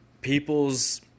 people's